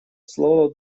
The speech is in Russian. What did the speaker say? слово